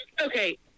Okay